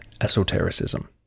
esotericism